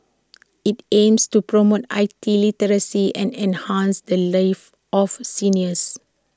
IT aims to promote I T literacy and enhance the lives of seniors